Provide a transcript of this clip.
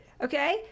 Okay